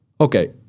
okay